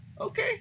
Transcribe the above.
okay